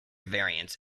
variants